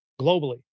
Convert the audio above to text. globally